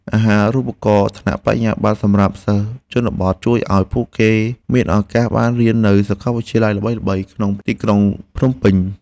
អាហារូបករណ៍ថ្នាក់បរិញ្ញាបត្រសម្រាប់សិស្សជនបទ ជួយឱ្យពួកគេមានឱកាសបានរៀននៅសាកលវិទ្យាល័យល្បីៗក្នុងទីក្រុងភ្នំពេញ។